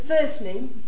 Firstly